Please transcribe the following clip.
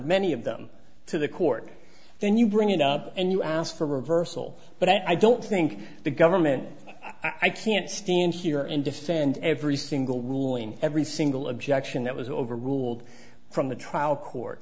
many of them to the court then you bring it up and you ask for a reversal but i don't think the government i can't stand here and defend every single rule in every single objection that was overruled from the trial court